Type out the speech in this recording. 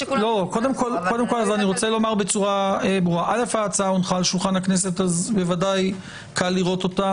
ההצעה הונחה על שולחן כנסת אז קל לראות אותה